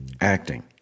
acting